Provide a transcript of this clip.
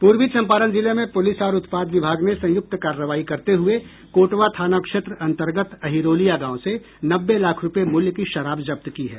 पूर्वी चंपारण जिले में पुलिस और उत्पाद विभाग ने संयुक्त कार्रवाई करते हुए कोटवा थाना क्षेत्र अंतर्गत अहिरोलिया गांव से नब्बे लाख रूपये मूल्य की शराब जब्त की है